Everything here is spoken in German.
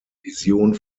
vision